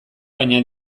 baina